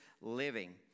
living